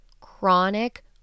chronic